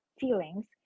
feelings